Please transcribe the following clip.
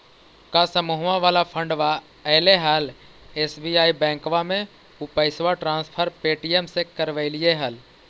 का समुहवा वाला फंडवा ऐले हल एस.बी.आई बैंकवा मे ऊ पैसवा ट्रांसफर पे.टी.एम से करवैलीऐ हल?